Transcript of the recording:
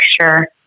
sure